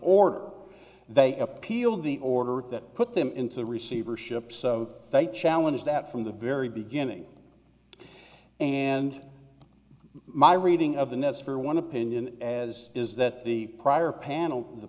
order they appealed the order that put them into receivership so they challenge that from the very beginning and my reading of the nets for one opinion as is that the prior panel the